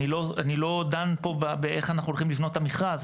אני לא דן פה באיך אנחנו הולכים לבנות את המכרז,